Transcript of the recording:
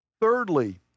Thirdly